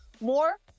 more